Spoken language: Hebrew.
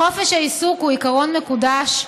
חופש העיסוק הוא עיקרון מקודש,